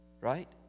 right